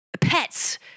Pets